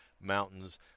mountains